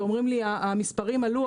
ואומרים לי המספרים עלו,